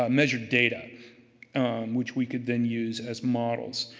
ah measured data which we could then use as models.